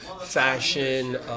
fashion